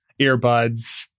earbuds